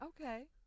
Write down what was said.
Okay